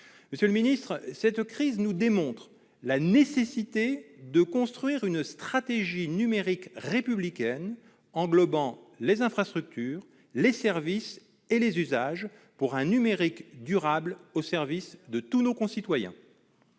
Monsieur le ministre, cette crise démontre la nécessité de construire une stratégie numérique républicaine englobant les infrastructures, les services et les usages, pour un numérique durable au service de tous nos concitoyens.